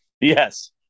Yes